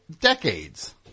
decades